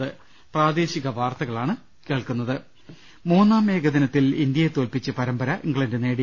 ്് മൂന്നാം ഏകദിനത്തിൽ ഇന്ത്യയെ തോല്പിച്ച് പരമ്പര ഇംഗ്ലണ്ട് നേടി